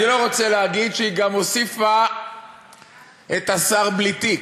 אני לא רוצה להגיד שהיא גם הוסיפה את השר בלי תיק,